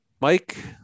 Mike